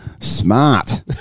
Smart